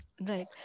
Right